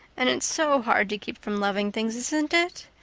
and it's so hard to keep from loving things, isn't it?